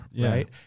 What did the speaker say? right